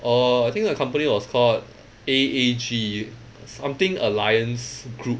err I think the company was called A_A_G something alliance group